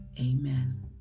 Amen